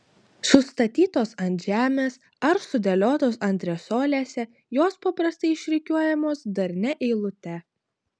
sustatytos ant žemės ar sudėliotos antresolėse jos paprastai išrikiuojamos darnia eilute